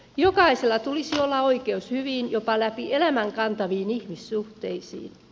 jokaisella tulisi olla oikeus hyviin jopa läpi elämän kantaviin ihmissuhteisiin